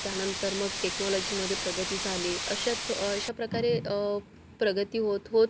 त्यानंतर मग टेक्नॉलॉजीमध्ये प्रगती झाली अशात अशाप्रकारे प्रगती होत होत